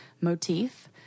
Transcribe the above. motif